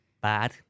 bad